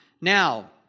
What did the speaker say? Now